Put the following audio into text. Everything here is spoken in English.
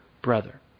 brother